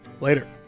Later